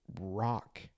rock